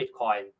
Bitcoin